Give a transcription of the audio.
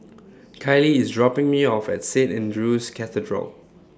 Kylie IS dropping Me off At Saint Andrew's Cathedral